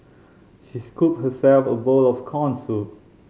she scooped herself a bowl of corn soup